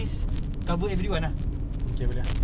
dia kalau datang within that ten minutes period salah dia lah